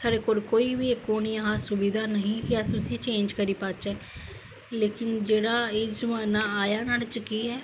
साढ़े कोल कोई बी इक ओह् नेईं हा सुविधा नेईं ही अस उसी चेंज करी पाचे लैकिन जेहड़ा एह् जमाना आया न्हाड़े च